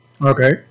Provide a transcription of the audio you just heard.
Okay